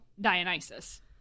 Dionysus